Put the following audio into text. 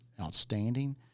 outstanding